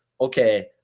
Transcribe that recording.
Okay